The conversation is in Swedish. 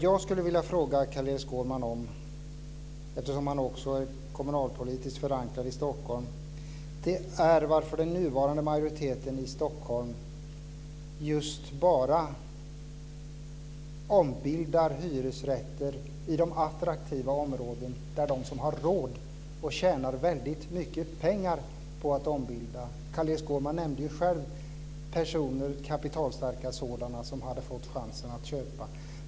Jag skulle vilja fråga Carl-Erik Skårman, eftersom han också är kommunalpolitiskt förankrad i Stockholm, varför den nuvarande majoriteten i Stockholm ombildar hyresrätter bara i de attraktiva områden där de som har råd tjänar väldigt mycket pengar på att ombilda. Carl-Erik Skårman nämnde själv att kapitalstarka personer hade fått chansen att köpa.